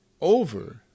over